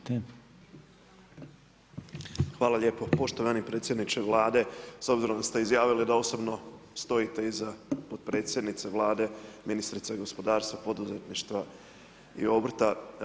Hvala lijepo, poštovani predsjedniče Vlade, s obzirom da ste izjavili da osobno stojite iza potpredsjednice Vlade, ministrice gospodarstva, poduzetništva i obrta.